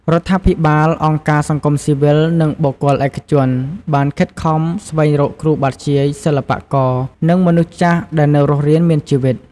រដ្ឋាភិបាល អង្គការសង្គមស៊ីវិល និងបុគ្គលឯកជន បានខិតខំស្វែងរកគ្រូបាធ្យាយ សិល្បករ និងមនុស្សចាស់ដែលនៅរស់រានមានជីវិត។